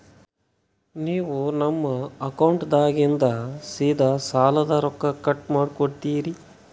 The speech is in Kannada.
ನೀವು ನಮ್ಮ ಅಕೌಂಟದಾಗಿಂದ ಸೀದಾ ಸಾಲದ ರೊಕ್ಕ ಕಟ್ ಮಾಡ್ಕೋತೀರಿ?